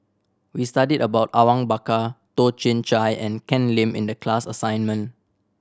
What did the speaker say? we studied about Awang Bakar Toh Chin Chye and Ken Lim in the class assignment